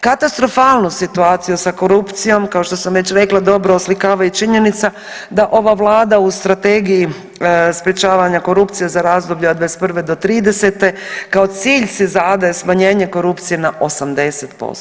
Katastrofalnu situaciju sa korupcijom kao što sam već rekla dobro oslikava i činjenica da ova vlada u Strategiji sprečavanja korupcije za razdoblje od '21.-'30. kao cilj si zadaje smanjenje korupcije na 80%